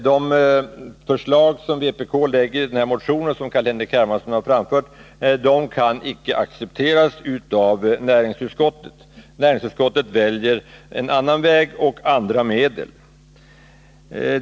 De förslag som vpk lägger fram i motionen och som Carl-Henrik Hermansson har framfört kan icke accepteras av näringsutskottet. Utskottet väljer en annan väg och andra medel.